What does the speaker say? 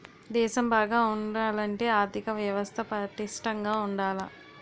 దేశం బాగా ఉండాలంటే ఆర్దిక వ్యవస్థ పటిష్టంగా ఉండాల